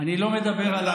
אני לא מדבר על האמירה הזאת.